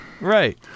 right